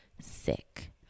Sick